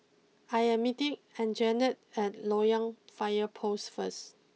I am meeting Anjanette at Loyang fire post first